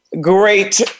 Great